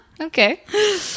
Okay